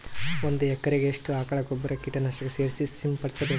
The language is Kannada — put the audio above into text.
ಒಂದು ಎಕರೆಗೆ ಎಷ್ಟು ಆಕಳ ಗೊಬ್ಬರ ಕೀಟನಾಶಕ ಸೇರಿಸಿ ಸಿಂಪಡಸಬೇಕಾಗತದಾ?